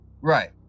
Right